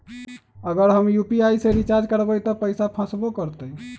अगर हम यू.पी.आई से रिचार्ज करबै त पैसा फसबो करतई?